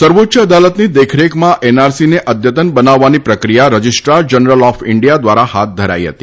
સર્વોચ્ય અદાલતની દેખરેખમાં એનઆરસીને અદ્યતન બનાવવાની પ્રકિયા રજિસ્ટ્રાર જનરલ ઓફ ઇરેન્ડિયા દ્વારા હાથ ધરાઇ હતી